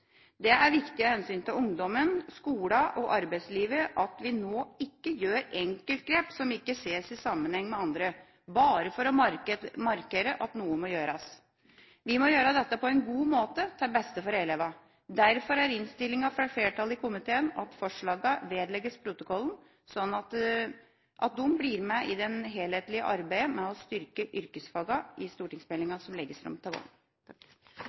Det er viktig av hensyn til ungdommen, skolene og arbeidslivet at vi nå ikke gjør enkeltgrep som ikke ses i sammenheng med andre, bare for å markere at noe må gjøres. Vi må gjøre dette på en god måte til beste for elevene. Derfor er innstillinga fra flertallet i komiteen at forslagene vedlegges protokollen slik at de blir med i det helhetlige arbeidet med å styrke yrkesfagene i stortingsmeldinga som legges fram til våren.